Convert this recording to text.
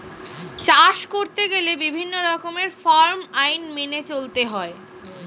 চাষ করতে গেলে বিভিন্ন রকমের ফার্ম আইন মেনে চলতে হয়